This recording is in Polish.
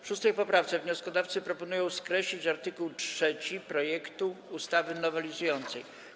W 6. poprawce wnioskodawcy proponują skreślić art. 3 projektu ustawy nowelizującej.